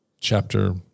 Chapter